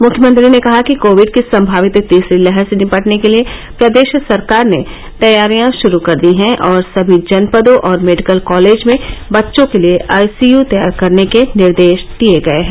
मुख्यमंत्री ने कहा कि कोविड की सम्मावित तीसरी लहर से निपटने के लिये प्रदेश सरकार ने तैयारियां श्रू कर दी है और सभी जनपदों और मेडिकल कॉलेज में बच्चों के लिये आईसीयू तैयार करने के निर्देश दिये गये हैं